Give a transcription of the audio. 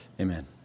Amen